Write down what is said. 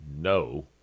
No